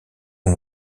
aux